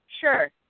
sure